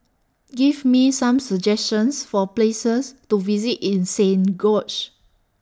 Give Me Some suggestions For Places to visit in Saint George's